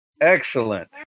Excellent